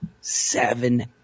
seven